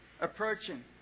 approaching